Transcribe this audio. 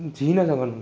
जी न सघंदुमि